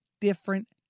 different